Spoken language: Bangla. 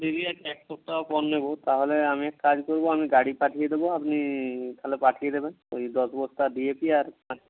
দেরি আছে এক সপ্তাহ পর নেব তাহলে আমি এক কাজ করব আমি গাড়ি পাঠিয়ে দেবো আপনি তাহলে পাঠিয়ে দেবেন ওই দশ বস্তা ডি এ পি আর